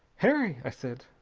harry! i said,